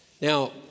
Now